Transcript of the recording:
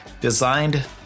designed